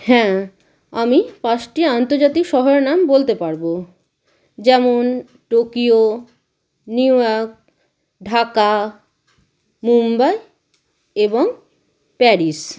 হ্যাঁ আমি পাঁচটি আন্তর্জাতিক শহরের নাম বলতে পারব যেমন Tokyo New York Dhaka Mumbai এবং প্যারিস